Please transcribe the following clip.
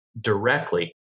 directly